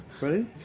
Ready